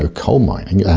ah coalmining. yeah